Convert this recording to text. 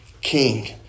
king